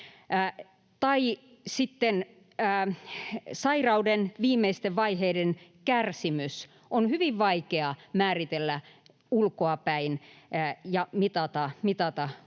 — tai sairauden viimeisten vaiheiden kärsimys on hyvin vaikea määritellä ja mitata ulkoapäin.